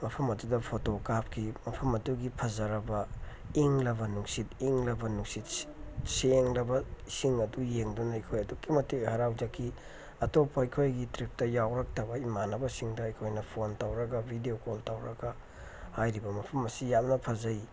ꯃꯐꯝ ꯑꯗꯨꯗ ꯐꯣꯇꯣ ꯀꯥꯞꯈꯤ ꯃꯐꯝ ꯑꯗꯨꯒꯤ ꯐꯖꯔꯕ ꯏꯪꯂꯕ ꯅꯨꯡꯁꯤꯠ ꯏꯪꯂꯕ ꯅꯨꯡꯁꯤꯠ ꯁꯦꯡꯂꯕ ꯏꯁꯤꯡ ꯑꯗꯨ ꯌꯦꯡꯗꯨꯅ ꯑꯩꯈꯣꯏ ꯑꯗꯨꯛꯀꯤ ꯃꯇꯤꯛ ꯍꯔꯥꯎꯖꯈꯤ ꯑꯇꯣꯞꯄ ꯑꯩꯈꯣꯏꯒꯤ ꯇ꯭ꯔꯤꯞꯇ ꯌꯥꯎꯔꯛꯇꯕ ꯏꯃꯥꯟꯅꯕꯁꯤꯡꯗ ꯑꯩꯈꯣꯏꯅ ꯐꯣꯟ ꯇꯧꯔꯒ ꯚꯤꯗꯤꯑꯣ ꯀꯣꯜ ꯇꯧꯔꯒ ꯍꯥꯏꯔꯤꯕ ꯃꯐꯝ ꯑꯁꯤ ꯌꯥꯝꯅ ꯐꯖꯩ